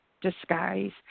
disguise